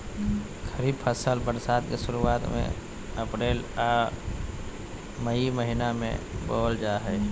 खरीफ फसल बरसात के शुरुआत में अप्रैल आ मई महीना में बोअल जा हइ